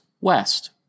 west